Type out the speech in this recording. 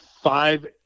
five